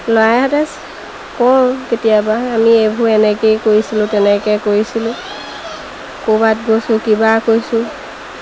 ল'ৰাহঁতে কওঁ কেতিয়াবা আমি এইবোৰ এনেকেই কৰিছিলোঁ তেনেকৈ কৰিছিলোঁ ক'ৰবাত গৈছোঁ কিবা কৈছোঁ